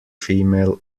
female